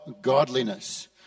godliness